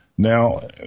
Now